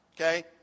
Okay